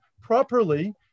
properly